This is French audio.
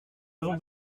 avons